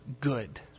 good